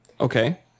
Okay